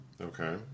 Okay